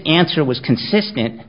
answer was consistent